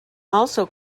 also